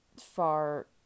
far